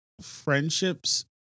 friendships